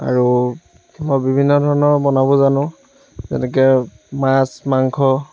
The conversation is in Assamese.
আৰু মই বিভিন্ন ধৰণৰ বনাব জানো যেনেকৈ মাছ মাংস